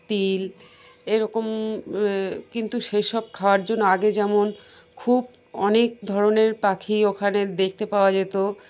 তিল এরকম কিন্তু সেই সব খাওয়ার জন্য আগে যেমন খুব অনেক ধরনের পাখি ওখানে দেখতে পাওয়া যেত